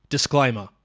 Disclaimer